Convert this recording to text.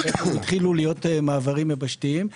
התחילו להיות מעברים יבשתיים.